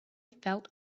felt